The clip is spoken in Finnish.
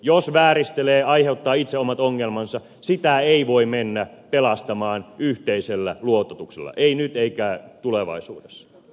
jos vääristelee aiheuttaa itse omat ongelmansa sitä ei voi mennä pelastamaan yhteisellä luototuksella ei nyt eikä tulevaisuudessa